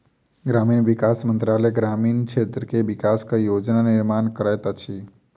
ग्रामीण विकास मंत्रालय ग्रामीण क्षेत्र के विकासक योजना निर्माण करैत अछि